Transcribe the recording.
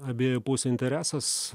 abiejų pusių interesas